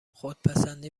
خودپسندی